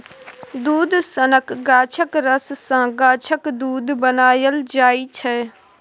दुध सनक गाछक रस सँ गाछक दुध बनाएल जाइ छै